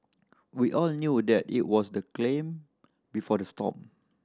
we all knew that it was the before the storm